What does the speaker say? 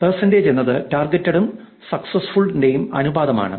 percentage എന്നത് targeted ഉം successful ന്റെയും അനുപാതമാണ്